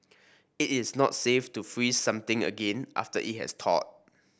it is not safe to freeze something again after it has thawed